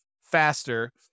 faster